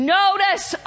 notice